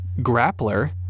grappler